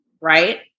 right